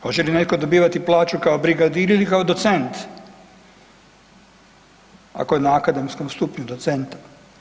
Hoće li netko dobivati plaću kao brigadir ili kao docent ako je na akademskom stupnju docenta?